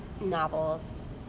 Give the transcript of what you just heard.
novels